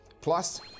plus